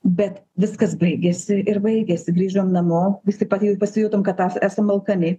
bet viskas baigėsi ir baigėsi grįžom namo visi pasi pasijutom kad esam alkani